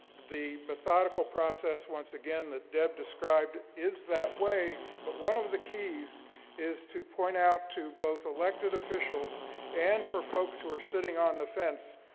the methodical process, once again that deb described is that way. but one of the keys is to point out to both elected officials and for folks who are sitting on the fence,